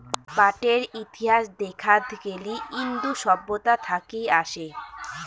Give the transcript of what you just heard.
পাটের ইতিহাস দেখাত গেলি ইন্দু সভ্যতা থাকি আসে